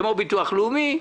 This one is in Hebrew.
כמו ביטוח לאומי.